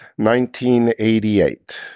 1988